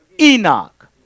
Enoch